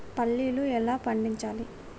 పల్లీలు ఎలా పండించాలి?